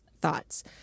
thoughts